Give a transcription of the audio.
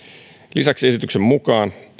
lisäksi esityksen mukaan